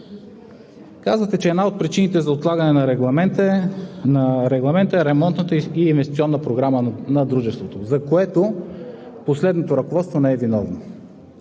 Казвате, че една от причините за отлагане на Регламента е Ремонтната инвестиционна програма на дружеството, за което последното ръководство не е виновно.